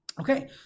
Okay